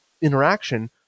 interaction